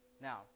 Now